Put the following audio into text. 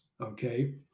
Okay